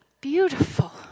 beautiful